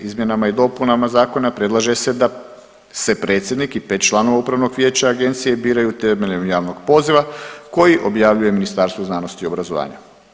Izmjenama i dopunama zakona predlaže se da se predsjednik i 5 članova Upravnog vijeća agencije biraju temeljem javnog poziva koji objavljuje Ministarstvo znanosti i obrazovanja.